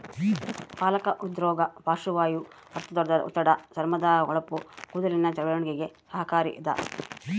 ಪಾಲಕ ಹೃದ್ರೋಗ ಪಾರ್ಶ್ವವಾಯು ರಕ್ತದೊತ್ತಡ ಚರ್ಮದ ಹೊಳಪು ಕೂದಲಿನ ಬೆಳವಣಿಗೆಗೆ ಸಹಕಾರಿ ಇದ